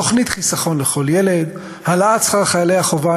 תוכנית "חיסכון לכל ילד"; העלאת שכר חיילי החובה,